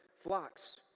flocks